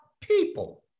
people